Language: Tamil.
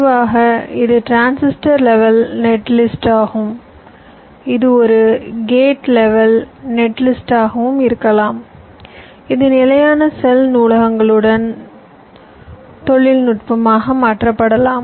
பொதுவாக இது டிரான்சிட்டர் லெவல் நெட்லிஸ்ட்டாகும் இது ஒரு கேட் லெவல் நெட்லிஸ்டாகவும் இருக்கலாம் இது நிலையான செல் நூலகங்களுடன் தொழில்நுட்பமாக மாற்றப்படலாம்